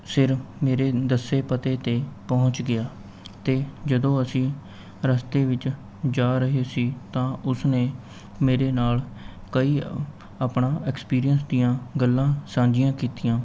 ਸਿਰ ਮੇਰੇ ਦੱਸੇ ਪਤੇ 'ਤੇ ਪਹੁੰਚ ਗਿਆ ਅਤੇ ਜਦੋਂ ਅਸੀਂ ਰਸਤੇ ਵਿੱਚ ਜਾ ਰਹੇ ਸੀ ਤਾਂ ਉਸ ਨੇ ਮੇਰੇ ਨਾਲ਼ ਕਈ ਆਪਣਾ ਐਕਪੀਰੀਅਂਸ ਦੀਆਂ ਗੱਲਾਂ ਸਾਂਝੀਆਂ ਕੀਤੀਆਂ